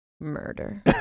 murder